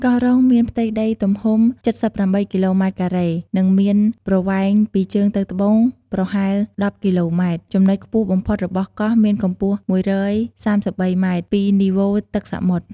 កោះរ៉ុង មានផ្ទៃដីទំហំ ៧៨គីឡូម៉ែត្រការ៉េ និងមានប្រវែងពីជើងទៅត្បូងប្រហែល១០គីឡូម៉ែត្រ។ ចំនុចខ្ពស់បំផុតរបស់កោះមានកំពស់១៣៣ម៉ែត្រពីនីវ៉ូទឹកសមុទ្រ។